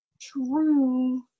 True